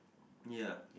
ya